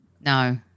no